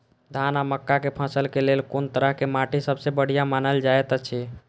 धान आ मक्का के फसल के लेल कुन तरह के माटी सबसे बढ़िया मानल जाऐत अछि?